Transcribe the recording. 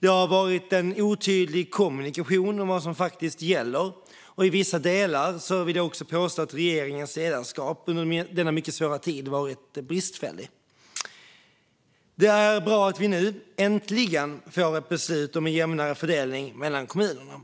Det har varit en otydlig kommunikation om vad som faktiskt gäller, och i vissa delar vill jag också påstå att regeringens ledarskap i denna mycket svåra tid har varit bristfälligt. Det är bra att vi nu äntligen får ett beslut om en jämnare fördelning mellan kommunerna.